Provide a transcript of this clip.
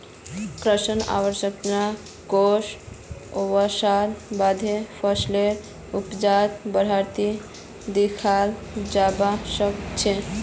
कृषि अवसंरचना कोष ओसवार बादे फसलेर उपजत बढ़ोतरी दखाल जबा सखछे